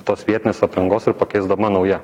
tos vietinės aprangos ir pakeisdama nauja